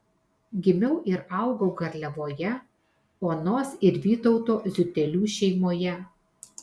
gimiau ir augau garliavoje onos ir vytauto ziutelių šeimoje